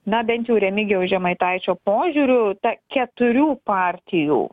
na bent jau remigijaus žemaitaičio požiūriu ta keturių partijų